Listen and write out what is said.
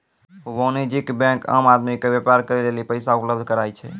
वाणिज्यिक बेंक आम आदमी के व्यापार करे लेली पैसा उपलब्ध कराय छै